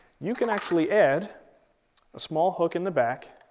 you can actually add a small hook in the back,